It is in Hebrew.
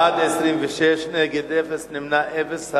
בעד, 26, נגד, אפס, נמנעים, אפס.